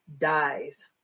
dies